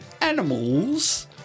animals